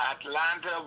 Atlanta